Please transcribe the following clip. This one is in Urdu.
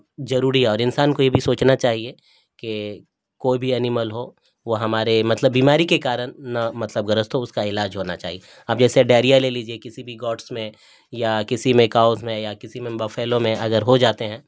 ضروری اور انسان کو یہ بھی سوچنا چاہیے کہ کوئی بھی اینیمل ہو وہ ہمارے مطلب بیماری کے کارن نہ مطلب گرہست ہو اس کا علاج ہونا چاہیے اب جیسے ڈائیریا لے لیجیے کسی بھی گوٹس میں یا کسی میں کاؤز میں یا کسی میں بفیلوں میں اگر ہو جاتے ہیں